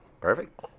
Perfect